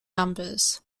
numbers